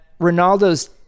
Ronaldo's